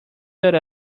told